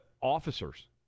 Officers